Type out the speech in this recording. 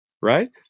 Right